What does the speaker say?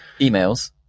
emails